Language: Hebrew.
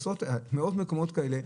עשרות ומאות מקומות כאלה,